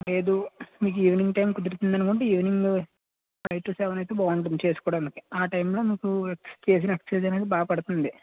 లేదు మీకు evening time కుదురుతుందనుకుంటే ఈవినింగ్ ఫై టు సెవెన్ అయితే బాగుంటుంది చేస్కోడానికి ఆ టైంలో మీకు చేసిన ఎక్ససర్సైజ్ అనేది బాగా పడతుంది